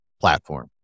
platform